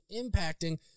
impacting